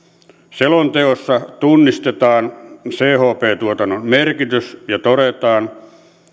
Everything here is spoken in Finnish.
selonteossa tunnistetaan chp tuotannon merkitys ja todetaan